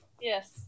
Yes